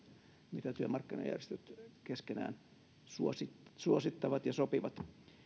mitä työmarkkinajärjestöt keskenään suosittavat ja sopivat